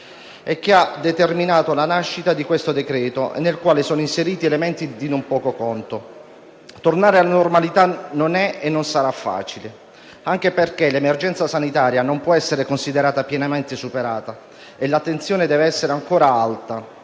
e che ha determinato la nascita di questo decreto-legge, nel quale sono inseriti elementi di non poco conto. Tornare alla normalità non è e non sarà facile, anche perché l'emergenza sanitaria non può essere considerata pienamente superata e l'attenzione deve essere ancora alta.